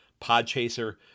Podchaser